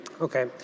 okay